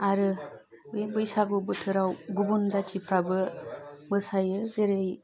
आरो बे बैसागु बोथोराव गुबुन जाथिफ्राबो मोसायो जेरै